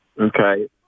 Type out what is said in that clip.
okay